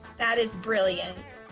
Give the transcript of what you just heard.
that is brilliant.